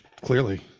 clearly